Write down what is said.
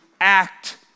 act